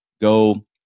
go